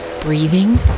Breathing